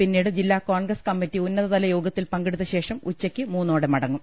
പിന്നീട് ജില്ലാ കോൺഗ്രസ് കമ്മിറ്റി ഉന്നതതല യോഗത്തിൽ പങ്കെടുത്തശേഷം ഉച്ചയ്ക്ക് മൂന്നോടെ മട ങ്ങും